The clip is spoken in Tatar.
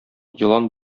елан